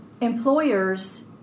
employers